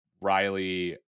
Riley